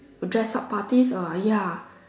dress up parties ah ya